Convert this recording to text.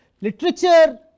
literature